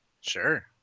sure